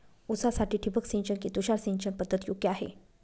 ऊसासाठी ठिबक सिंचन कि तुषार सिंचन पद्धत योग्य आहे?